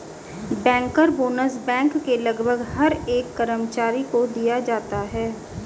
banker bonus bank के लगभग हर एक कर्मचारी को दिया जाता है